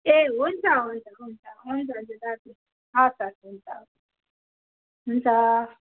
ए हुन्छ हुन्छ हुन्छ हुन्छ हजुर हवस् हवस् हवस् हुन्छ हुन्छ